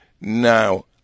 now